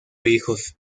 hijos